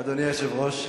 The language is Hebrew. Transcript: אדוני היושב-ראש,